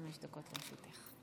חמש דקות לרשותך.